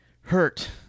hurt